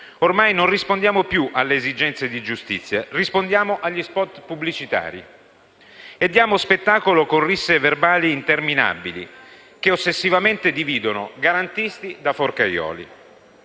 Ormai non rispondiamo più alle esigenze di giustizia, ma agli *spot* pubblicitari e diamo spettacolo con risse verbali interminabili, che ossessivamente dividono garantisti da forcaioli.